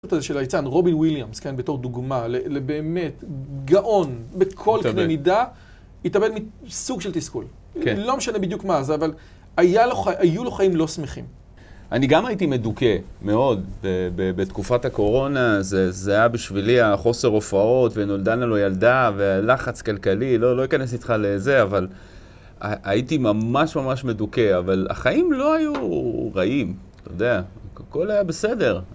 רובין וויליאמס כן בתור דוגמה, לבאמת, גאון בכל קנה מידה, התאבד מסוג של תסכול. לא משנה בדיוק מה זה, אבל היו לו חיים לא שמחים. אני גם הייתי מדוכא מאוד בתקופת הקורונה, זה היה בשבילי החוסר הופעות, ונולדנו לו ילדה, ולחץ כלכלי, לא אכנס איתך לזה, אבל הייתי ממש ממש מדוכא. אבל החיים לא היו רעים, אתה יודע, הכל היה בסדר.